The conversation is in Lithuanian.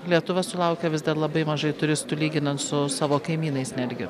lietuva sulaukia vis dar labai mažai turistų lyginant su savo kaimynais netgi